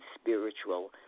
spiritual